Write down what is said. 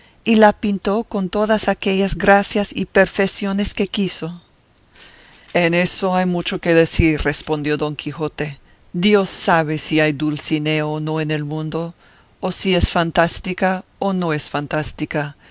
y la pintó con todas aquellas gracias y perfeciones que quiso en eso hay mucho que decir respondió don quijote dios sabe si hay dulcinea o no en el mundo o si es fantástica o no es fantástica